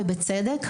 ובצדק,